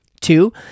Two